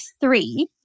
three